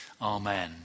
Amen